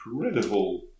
incredible